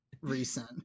Recent